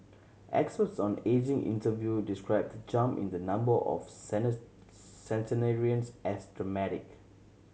experts on ageing interviewed described the jump in the number of centenarians as dramatic